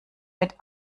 mit